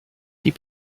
die